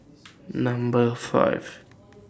Number five